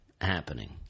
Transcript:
happening